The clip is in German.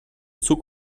zug